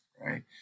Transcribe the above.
right